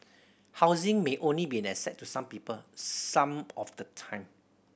housing may only be an asset to some people some of the time